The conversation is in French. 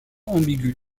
ambiguë